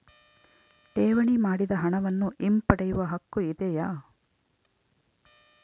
ಠೇವಣಿ ಮಾಡಿದ ಹಣವನ್ನು ಹಿಂಪಡೆಯವ ಹಕ್ಕು ಇದೆಯಾ?